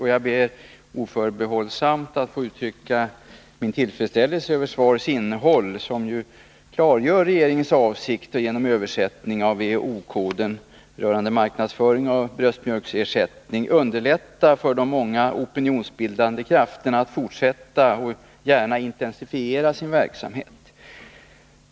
Jag ber oförbehållsamt att få uttrycka min tillfredsställelse över svarets innehåll, som ju klargör regeringens avsikt att genom översättning av WHO-koden rörande marknadsföring av bröstmjölksersättning underlätta för de många opinionsbildande krafterna att fortsätta och gärna intensifiera sin verksamhet.